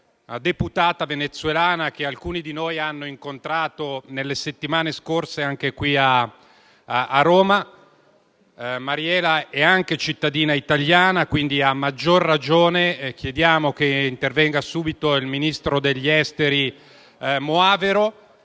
deputata venezuelana che alcuni di noi hanno incontrato nelle settimane scorse anche a Roma. Mariela è anche cittadina italiana, quindi, a maggior ragione, chiediamo che intervenga subito il ministro degli esteri Moavero